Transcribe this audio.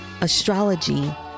astrology